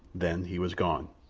then he was gone.